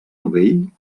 novell